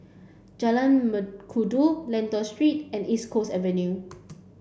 Jalan Mengkudu Lentor Street and East Coast Avenue